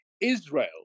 Israel